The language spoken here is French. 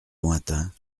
lointains